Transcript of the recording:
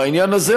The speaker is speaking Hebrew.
בעניין הזה,